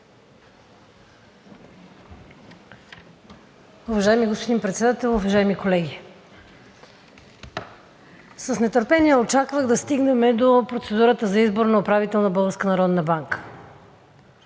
Уважаеми господин Председател, уважаеми колеги! С нетърпение очаквах да стигнем до процедурата за избор на управител на Българската народна банка.